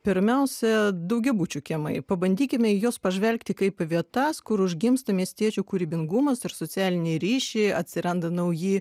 pirmiausia daugiabučių kiemai pabandykime į juos pažvelgti kaip į vietas kur užgimsta miestiečių kūrybingumas ir socialiniai ryšiai atsiranda nauji